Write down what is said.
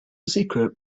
secret